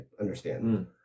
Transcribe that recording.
understand